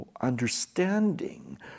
understanding